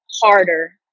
Harder